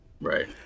Right